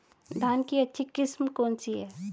धान की अच्छी किस्म कौन सी है?